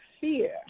fear